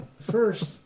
first